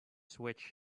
switch